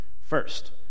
First